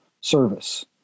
Service